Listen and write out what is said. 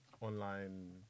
online